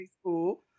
school